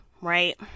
Right